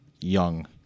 young